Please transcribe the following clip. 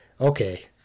okay